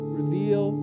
reveal